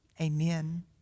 amen